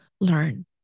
learn